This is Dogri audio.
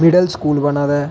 मिडल स्कूल बना दा